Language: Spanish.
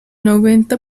noventa